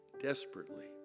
desperately